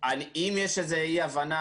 אם יש איזו אי הבנה,